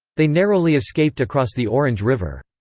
they narrowly escaped across the orange river.